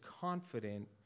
confident